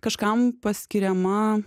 kažkam paskiriama